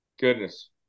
Goodness